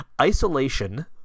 Isolation